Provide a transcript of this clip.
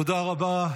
תודה רבה.